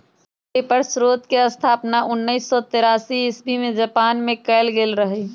paper स्रोतके स्थापना उनइस सौ तेरासी इस्बी में जापान मे कएल गेल रहइ